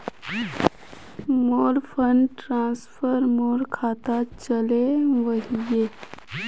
मोर fund transfer मोर खातात चले वहिये